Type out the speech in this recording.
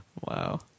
Wow